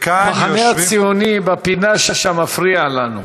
וכאן יושבים, המחנה הציוני בפינה שם מפריע לנו.